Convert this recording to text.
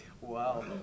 Wow